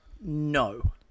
no